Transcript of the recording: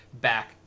back